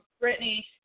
Brittany